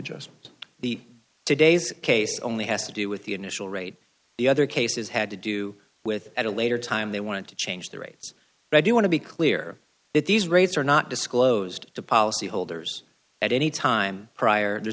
just the today's case only has to do with the initial raid the other cases had to do with at a later time they want to change the rates but i do want to be clear that these rates are not disclosed to policyholders at any time prior there's